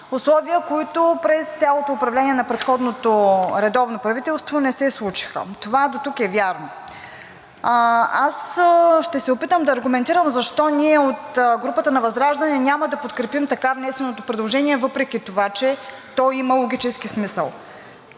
условия, които през цялото управление на предходното редовно правителство не се случиха. Това дотук е вярно. Аз ще се опитам да аргументирам защо ние от групата на ВЪЗРАЖДАНЕ няма да подкрепим така внесеното предложение, въпреки че то има логически смисъл.